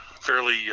fairly